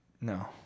No